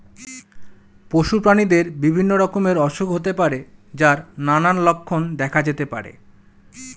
পশু প্রাণীদের বিভিন্ন রকমের অসুখ হতে পারে যার নানান লক্ষণ দেখা যেতে পারে